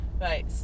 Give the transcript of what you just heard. Right